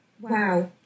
wow